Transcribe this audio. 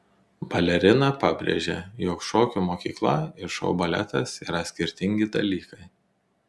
balerina pabrėžė jog šokių mokykla ir šou baletas yra skirtingi dalykai